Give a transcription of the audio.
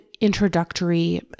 introductory